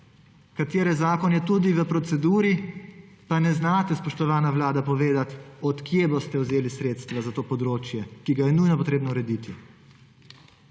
katere zakon je tudi v proceduri, pa ne znate, spoštovana Vlada, povedati, od kje boste vzeli sredstva za to področje, ki ga je nujno potrebno urediti.